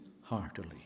heartily